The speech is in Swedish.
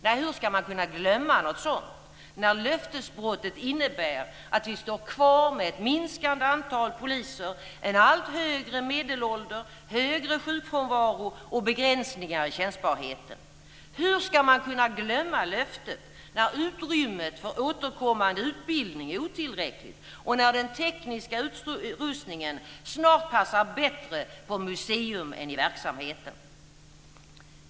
Nej, hur ska man kunna glömma något sådant när löftesbrottet innebär att vi står kvar med ett minskande antal poliser, en allt högre medelålder, högre sjukfrånvaro och begränsningar i tjänstbarheten? Hur ska man kunna glömma löftet när utrymmet för återkommande utbildning är otillräckligt och när den tekniska utrustningen snart passar bättre på museum än i verksamheten?